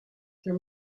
there